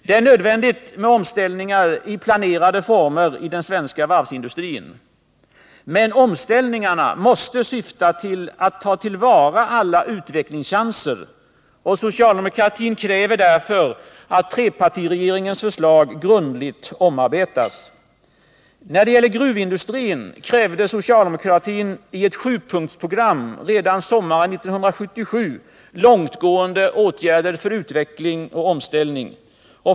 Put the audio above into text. Det är nödvändigt med omställningar i planerade former i den svenska varvsindustrin. Men omställningarna måste syfta till att ta till vara alla utvecklingschanser. Socialdemokratin kräver därför att trepartiregeringens förslag grundligt omarbetas. När det gäller gruvindustrin krävde socialdemokratin i ett sjupunktspro gram redan sommaren 1977 långtgående åtgärder för utveckling och omställning.